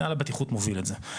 מנהל הבטיחות מוביל את זה.